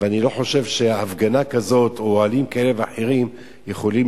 ואני לא חושב שהפגנה כזאת או אוהלים כאלה ואחרים יכולים